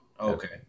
okay